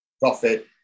profit